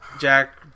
Jack